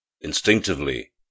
Instinctively